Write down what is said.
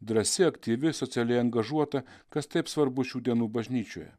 drąsi aktyvi socialiai angažuota kas taip svarbu šių dienų bažnyčioje